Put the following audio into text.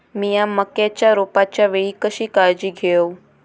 मीया मक्याच्या रोपाच्या वेळी कशी काळजी घेव?